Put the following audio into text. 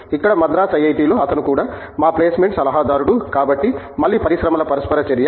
ఇక్కడ మద్రాసు ఐఐటిలో అతను కూడా మా ప్లేస్మెంట్ సలహాదారుడు కాబట్టి మళ్ళీ పరిశ్రమల పరస్పర చర్య